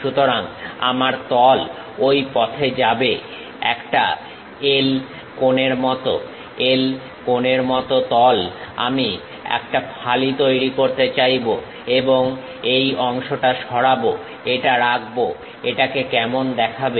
সুতরাং আমার তল ঐ পথে যাবে একটা L কোণের মত L কোণের তল আমি একটা ফালি তৈরি করতে চাইবো এবং এই অংশটা সরাবো এটা রাখবো এটাকে কেমন দেখাবে